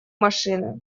машины